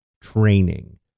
training